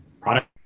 product